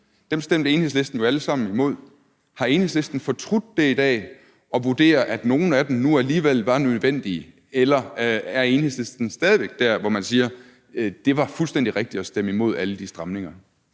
stemte Enhedslisten jo alle sammen imod. Har Enhedslisten fortrudt det i dag, og vurderer man, at nogle af dem nu alligevel var nødvendige, eller er Enhedslisten stadig væk der, hvor man siger: Det var fuldstændig rigtigt at stemme imod alle de stramninger?